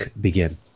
begin